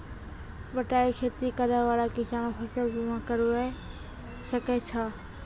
बटाई खेती करै वाला किसान फ़सल बीमा करबै सकै छौ?